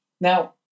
Now